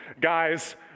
guys